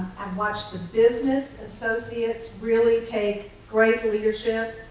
um watched the business associates really take great leadership